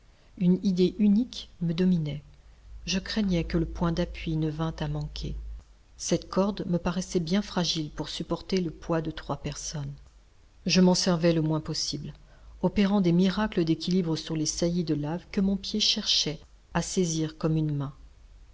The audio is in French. une idée unique me dominait je craignais que le point d'appui ne vint à manquer cette corde me paraissait bien fragile pour supporter le poids de trois personnes je m'en servais le moins possible opérant des miracles d'équilibre sur les saillies de lave que mon pied cherchait à saisir comme une main